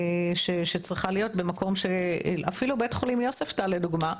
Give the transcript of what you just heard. שצריכה להיות במקום ש --- אפילו בית החולים יוספטל לדוגמה,